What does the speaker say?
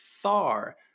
far